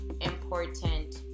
important